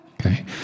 Okay